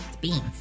Beans